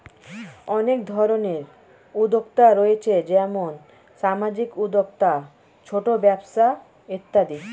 অনেক ধরনের উদ্যোক্তা রয়েছে যেমন সামাজিক উদ্যোক্তা, ছোট ব্যবসা ইত্যাদি